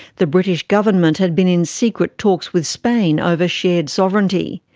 the british government had been in secret talks with spain over shared sovereignty.